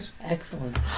Excellent